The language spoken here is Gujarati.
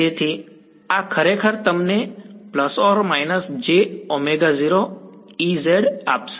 તેથી આ ખરેખર તમને ± jω0Ez આપશે